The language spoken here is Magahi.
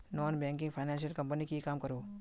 नॉन बैंकिंग फाइनांस कंपनी की काम करोहो?